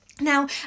Now